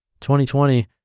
2020